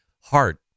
heart